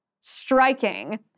striking